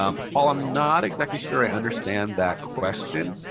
um paul, i'm not exactly sure i understand that question.